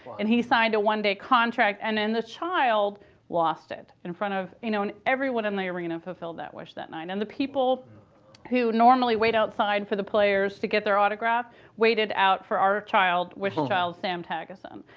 and he signed a one day contract. and then the child lost it in front of you know and everyone in the arena fulfilled that wish that night. and the people who normally wait outside for the players to get their autograph waited out for our child, wish child sam tageson.